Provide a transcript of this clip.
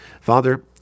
Father